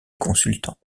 consultants